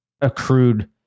accrued